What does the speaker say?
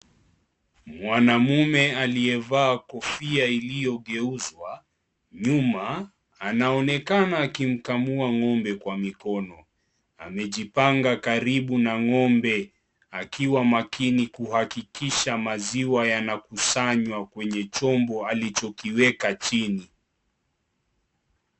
Mwanamume aliyevaa kofia iliyogeuzwa nyuma anaonekana akimkamua ngombe kwa mikono amejipanga karibu na ngombe akiwa makini kuhakikisha maziwa yakusanywa kwenye chombo alichokiweka chini.